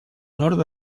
nord